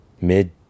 mid